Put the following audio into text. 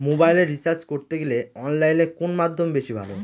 মোবাইলের রিচার্জ করতে গেলে অনলাইনে কোন মাধ্যম বেশি ভালো?